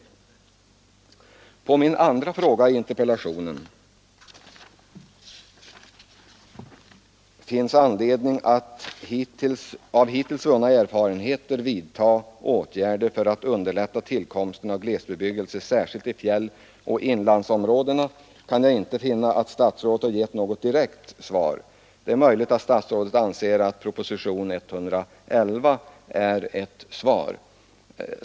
Beträffande min andra fråga i interpellationen, om det finns anledning att på grund av hittills vunna erfarenheter vidta åtgärder för att underlätta tillkomsten av glesbebyggelse, särskilt i fjälloch inlandsområdena, kan jag inte finna att statsrådet har givit något direkt svar. Det är möjligt att han anser att propositionen 111 är ett svar.